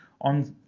on